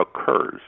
occurs